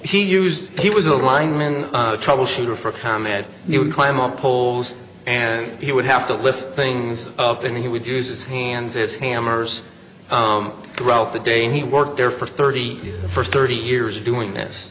he used he was a lineman troubleshooter for comment he would climb up poles and he would have to lift things up and he would use his hands as hammers throughout the day and he worked there for thirty for thirty years doing this